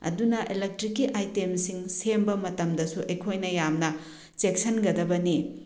ꯑꯗꯨꯅ ꯏꯂꯦꯛꯇ꯭ꯔꯤꯛꯀꯤ ꯑꯥꯏꯇꯦꯝꯁꯤꯡ ꯁꯦꯝꯕ ꯃꯇꯝꯗꯁꯨ ꯑꯩꯈꯣꯏꯅ ꯌꯥꯝꯅ ꯆꯦꯛꯁꯤꯟꯒꯗꯕꯅꯤ